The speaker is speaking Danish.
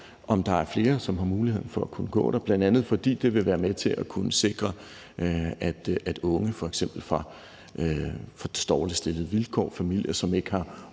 om der er flere, som kan få mulighed for at kunne gå der. Det er bl.a., fordi det vil være med til at kunne sikre, at der for f.eks. unge fra dårlige vilkår og familier, som ikke har